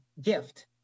gift